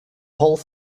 whole